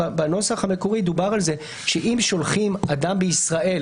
בנוסח המקורי דובר על זה שאם שולחים אדם שהוא בישראל,